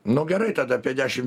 nu gerai tada apie dešim